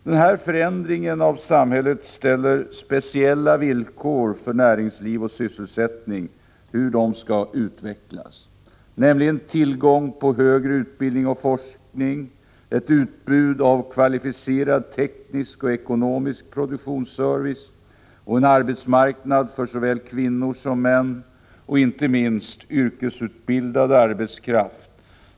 Denna förändring av samhället uppställer speciella villkor för hur näringsliv och sysselsättning skall utvecklas. Det krävs tillgång på högre utbildning och forskning, ett utbud av kvalificerad teknisk och ekonomisk produktionsservice, en arbetsmarknad för såväl kvinnor som män samt inte minst yrkesutbildad arbetskraft.